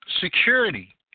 security